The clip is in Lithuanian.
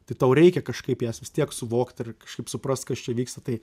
tai tau reikia kažkaip jas vis tiek suvokt ir kažkaip suprast kas čia vyksta tai